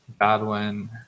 Badwin